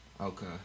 Okay